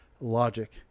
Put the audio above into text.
logic